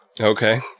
Okay